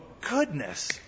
goodness